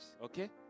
Okay